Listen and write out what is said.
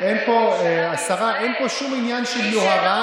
מפסידים לשמאל,